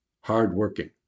hardworking